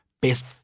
best